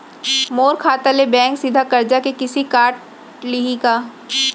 मोर खाता ले बैंक सीधा करजा के किस्ती काट लिही का?